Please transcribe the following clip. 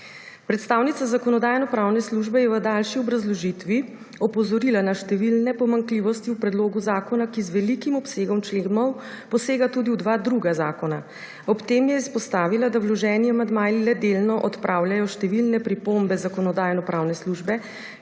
Predstavnica Zakonodajno-pravne službe je v daljši obrazložitvi opozorila na številne pomanjkljivosti v predlogu zakona, ki z velikim obsegom členov, posega tudi v dva druga zakona. Ob tem je izpostavila, da vloženi amandmaji le delno odpravljajo številne pripombe Zakonodajno-pravne službe,